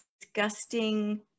disgusting